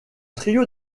trio